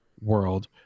world